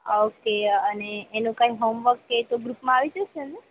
okay અને એનું કાઈ હોમવર્ક કે ગ્રુપમાં આવી જશેને